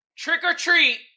Trick-or-treat